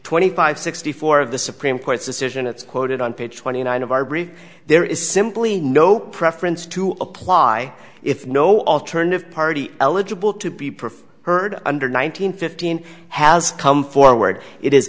twenty five sixty four of the supreme court's decision it's quoted on page twenty nine of our brief there is simply no preference to apply if no alternative party eligible to be preferred heard under nine hundred fifteen has come forward it is